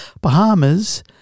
Bahamas